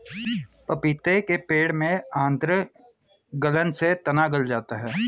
पपीते के पेड़ में आद्र गलन से तना गल जाता है